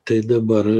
tai dabar